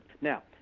Now